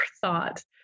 thought